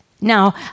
Now